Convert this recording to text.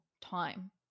time